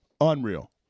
Unreal